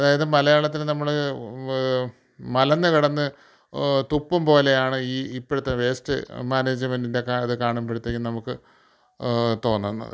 അതായത് മലയാളത്തില് നമ്മള് മലന്ന് കിടന്ന് തുപ്പും പോലെയാണ് ഈ ഇപ്പഴത്തെ വേസ്റ്റ് മാനേജ്മൻ്റിൻ്റെ ഇത് കാണുമ്പോഴത്തേക്കും നമുക്ക് തോന്നുന്നത്